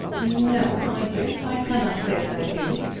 no my dear i cannot say that i do.